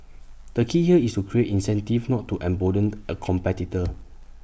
the key here is to create incentives not to embolden A competitor